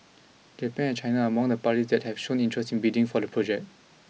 Japan and China are among the parties that have shown interest in bidding for the project